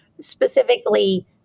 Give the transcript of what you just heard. specifically